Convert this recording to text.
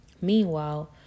Meanwhile